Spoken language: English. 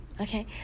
okay